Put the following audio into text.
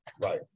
right